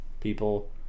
people